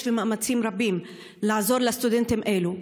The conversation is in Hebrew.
ולהפנות מאמצים רבים לעזור לסטודנטים אלו,